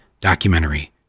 documentary